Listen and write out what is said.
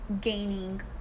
gaining